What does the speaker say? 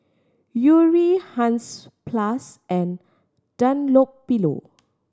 Yuri Hansaplast and Dunlopillo